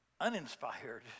uninspired